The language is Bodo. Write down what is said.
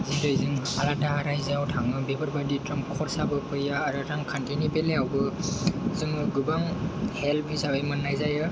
जेरै जों आलादा रायजोआव थाङो बेफोरबायदि खरसा गैया आरो रांखान्थिनि बेलायावबो जोङो गोबां हेल्प हिसाबै मोननाय जायो